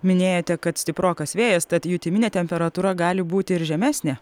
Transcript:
minėjote kad stiprokas vėjas tad jutiminė temperatūra gali būti ir žemesnė